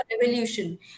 revolution